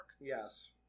yes